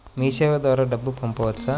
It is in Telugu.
మీసేవ ద్వారా డబ్బు పంపవచ్చా?